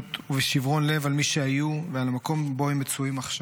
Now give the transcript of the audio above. במסירות ובשיברון לב על מי שהיו ועל המקום שבו הם מצויים עכשיו.